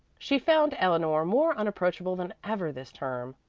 she found eleanor more unapproachable than ever this term,